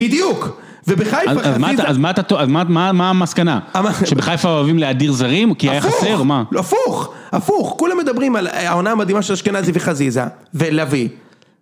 בדיוק, ובחיפה חזיזה... אז מה המסקנה? שבחיפה אוהבים להדיר זרים כי היה חסר? הפוך! הפוך! הפוך! כולם מדברים על העונה המדהימה של אשכנזי וחזיזה ולביא.